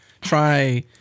Try